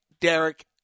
Derek